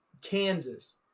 Kansas